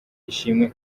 ishimwe